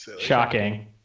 Shocking